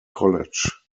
college